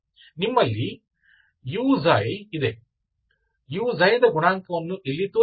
ಆದ್ದರಿಂದ ನಿಮ್ಮಲ್ಲಿ uಇದೆ u ದ ಗುಣಾಂಕವನ್ನು ಇಲ್ಲಿ ತೋರಿಸಿದೆ